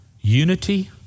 unity